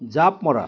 জাপ মৰা